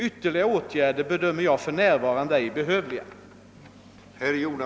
Ytterligare åtgärder bedömer jag för närvarande ej som behövliga.